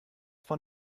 von